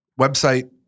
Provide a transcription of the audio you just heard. Website